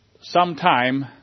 sometime